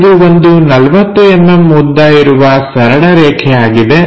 ಇದು ಒಂದು 40mm ಉದ್ದ ಇರುವ ಸರಳ ರೇಖೆ ಆಗಿದೆ